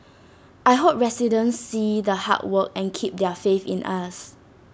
I hope residents see the hard work and keep their faith in us